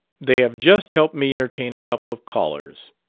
they have just helped me entertain a couple of callers.